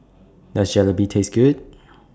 Does Jalebi Taste Good